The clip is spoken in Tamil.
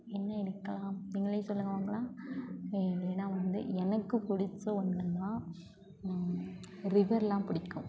என்ன எடுக்கலாம் நீங்களே சொல்லுங்கள் பார்க்கலாம் மெயினாக வந்து எனக்கு பிடிச்ச ஒன்றுன்னா ரிவரெல்லாம் பிடிக்கும்